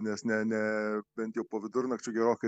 nes ne ne bent jau po vidurnakčio gerokai